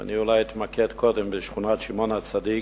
אני אולי אתמקד קודם בשכונת שמעון-הצדיק.